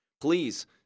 Please